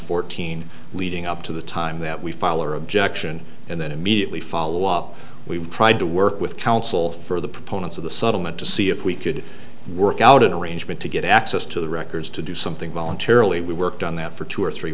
fourteen leading up to the time that we file or objection and then immediately follow up we tried to work with counsel for the proponents of the settlement to see if we could work out an arrangement to get access to the records to do something voluntarily we worked on that for two or three